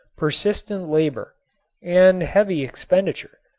persistent labor and heavy expenditure.